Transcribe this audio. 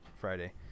Friday